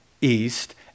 east